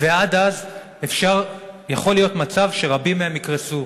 ועד אז יכול להיות מצב שרבים מהם יקרסו.